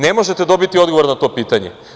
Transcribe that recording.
Ne možete dobiti odgovor na to pitanje.